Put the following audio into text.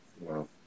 Wow